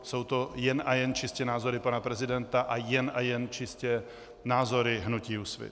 Jsou to jen a jen čistě názory pana prezidenta a jen a jen čistě názory hnutí Úsvit.